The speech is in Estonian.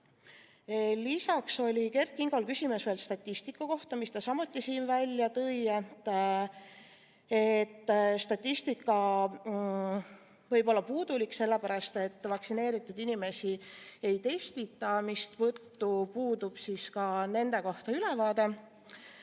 Lisaks oli Kert Kingol küsimus statistika kohta, mille ta samuti siin välja tõi: statistika võib olla puudulik, sellepärast et vaktsineeritud inimesi ei testita, mistõttu puudub nende kohta ka ülevaade.